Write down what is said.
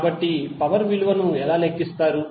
కాబట్టి పవర్ విలువను ఎలా లెక్కిస్తారు